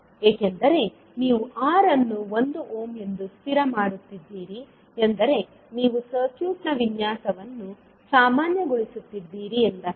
ಏಕೆಂದರೆ ನೀವು R ಅನ್ನು 1 ಓಮ್ ಎಂದು ಸ್ಥಿರ ಮಾಡುತ್ತಿದ್ದೀರಿ ಎಂದರೆ ನೀವು ಸರ್ಕ್ಯೂಟ್ನ ವಿನ್ಯಾಸವನ್ನು ಸಾಮಾನ್ಯಗೊಳಿಸುತ್ತಿದ್ದೀರಿ ಎಂದರ್ಥ